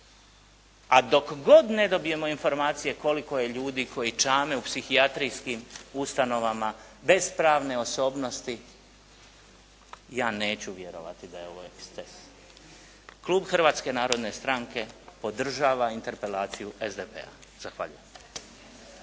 a dok god ne dobijemo informacije koliko je ljudi koji čame u psihijatrijskim ustanovama bez pravne osobnosti, ja neću vjerovati da je ovo eksces. Klub Hrvatske narodne stranke podržava interpelaciju SDP-a. Zahvaljujem.